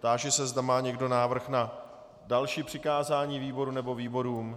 Táži se, zda má někdo návrh na další přikázání výboru nebo výborům?